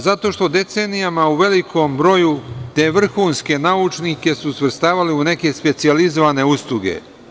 Zato što decenijama u velikom broju te vrhunske naučnike su svrstavali u neke specijalizovane usluge.